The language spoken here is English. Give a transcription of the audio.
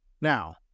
Now